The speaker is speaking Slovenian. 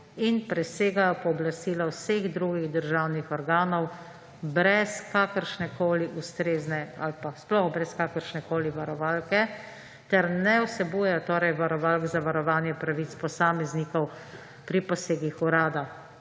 in presegajo pooblastila vseh drugih državnih organov brez kakršnekoli ustrezne ali pa sploh brez kakršnekoli varovalke ter ne vsebujejo varovalk za varovanje pravic posameznikov pri posegih Urada